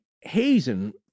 Hazen